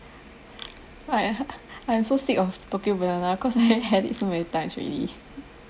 I I'm so sick of tokyo banana cause I had it so many times already